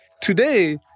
Today